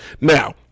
Now